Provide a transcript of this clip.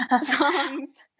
songs